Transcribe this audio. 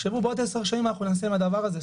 תחשבו, בעוד עשר שנים מה נעשה עם הדבר הזה.